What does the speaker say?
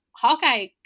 hawkeye